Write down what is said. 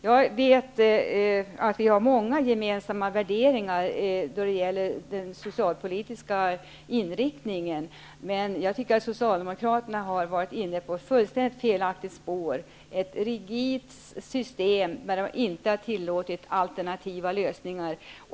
Jag vet att vi har många gemensamma värderingar när det gäller den socialpolitiska inriktningen, men jag tycker att Socialdemokraterna har varit inne på ett fullständigt felaktigt spår med ett stelt system, som inte har tillåtit alternativa lösningar.